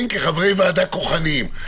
כחברי ועדה כוחניים,